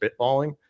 spitballing